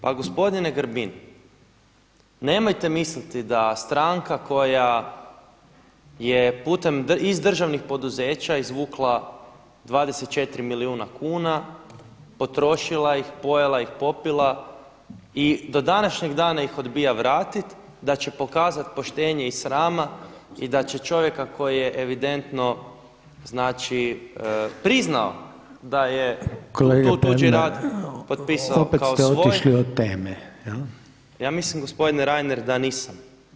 Pa gospodine Grbin, nemojte misliti da stranka koja je putem iz državnih poduzeća izvukla 24 milijuna kuna, potrošila ih, pojela ih i popila i do današnjeg dana ih odbija vratiti da će pokazati poštenje i srama i da će čovjeka koji je evidentno znači priznao da je to tuđi rad [[Upadica Reiner: Kolega Pernar. …]] Potpisao kao svoj [[Upadica Reiner: Otišli od teme…]] Ja mislim gospodine Reiner da nisam.